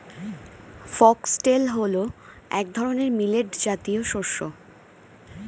foxtail হল এক ধরনের মিলেট জাতীয় শস্য